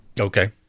Okay